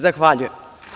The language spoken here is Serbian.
Zahvaljujem.